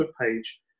page